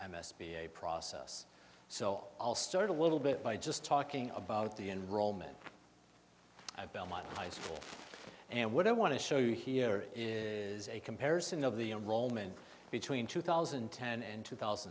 a process so i'll start a little bit by just talking about the enrollment of belmont high school and what i want to show you here is a comparison of the in roman between two thousand and ten and two thousand